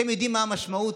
אתם יודעים מה המשמעות?